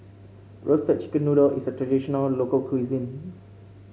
Roasted Chicken Noodle is a traditional local cuisine